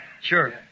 Sure